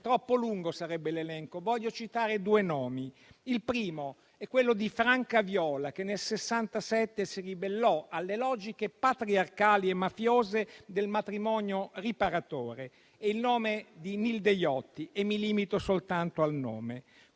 Troppo lungo sarebbe l'elenco, e voglio citare due nomi. Il primo è quello di Franca Viola, che nel 1967 si ribellò alle logiche patriarcali e mafiose del matrimonio riparatore; l'altro nome è quello di Nilde Iotti e mi limito soltanto al nome.